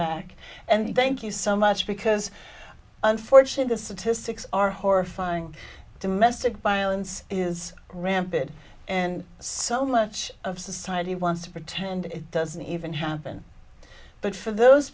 back and thank you so much because unfortunately so to six are horrifying domestic violence is rampid and so much of society wants to pretend it doesn't even happen but for those